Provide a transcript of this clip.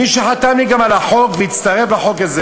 מי שחתם לי על החוק והצטרף לחוק הזה